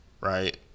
right